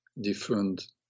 different